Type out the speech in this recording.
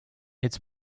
its